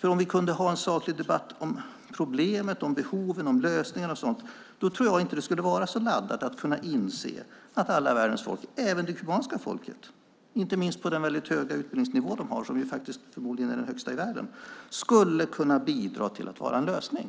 Om vi kunde ha en saklig debatt om problemet, behovet och lösningarna tror jag inte att det skulle vara så laddat att kunna inse att alla världens folk, även det kubanska folket, inte minst med tanke på den väldigt höga utbildningsnivå de har som ju förmodligen är den högsta i världen, skulle kunna bidra till att vara en lösning.